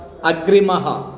अग्रिमः